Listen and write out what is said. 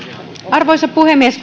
arvoisa puhemies